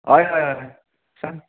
हय हय हय सांग